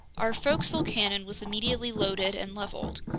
our forecastle cannon was immediately loaded and leveled.